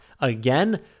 again